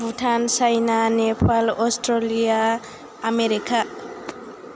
Bhutan China Nepal Australia America